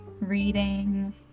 reading